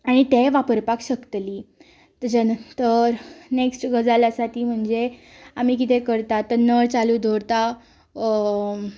आनी तेंय वापरपाक शकतली तेच्यानंतर नेक्स्ट गजाल आसा ती म्हणजे आमी करता ती नळ चालू दवरता